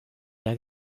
der